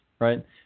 right